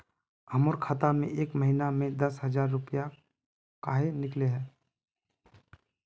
हमर खाता में एक महीना में दसे हजार रुपया काहे निकले है?